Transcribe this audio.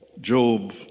Job